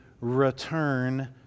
return